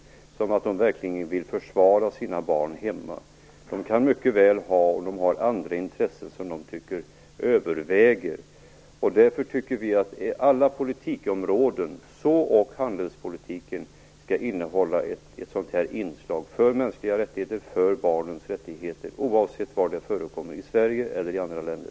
Jag litar inte på att de verkligen vill försvara barnen i sina hemländer. De kan mycket väl ha andra intressen som de anser överväger. Därför tycker vi att alla politikområden - så ock handelspolitiken - skall innehålla ett inslag för mänskliga rättigheter och för barnens rättigheter oavsett var kränkningarna förekommer, i Sverige eller i andra länder.